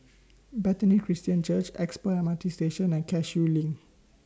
Bethany Christian Church Expo MRT Station and Cashew LINK